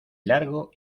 largo